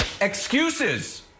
Excuses